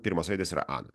pirmos raidės yra ana